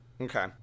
Okay